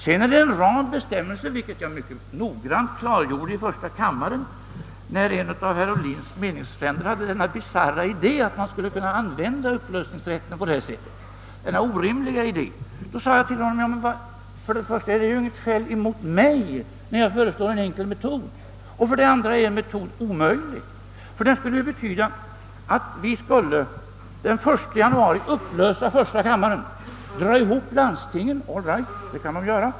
Det finns en rad bestämmelser om detta, vilka jag mycket noga klargjorde i första kammaren då en av herr Ohlins meningsfränder framförde den orimliga och bisarra idén att man skulle kunna använda upplösningsrätten på detta sätt. Då framhöll jag för honom att för det första var detta inget skäl emot mig när jag föreslog en enkel metod. För det andra var er metod omöjlig, ty den skulle betyda att vi den 1 januari skulle upplösa första kammaren, dra ihop landstingen — all right det kan man göra!